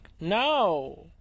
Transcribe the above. no